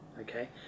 okay